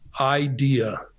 idea